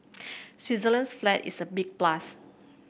Switzerland's flag is a big plus